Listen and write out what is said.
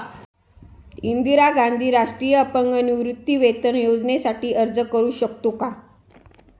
इंदिरा गांधी राष्ट्रीय अपंग निवृत्तीवेतन योजनेसाठी अर्ज करू शकतो का?